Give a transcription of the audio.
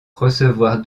recevoir